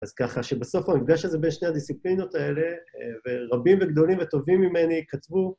אז ככה, שבסוף המפגש הזה בין שני הדיסציפלינות האלה, ורבים וגדולים וטובים ממני כתבו...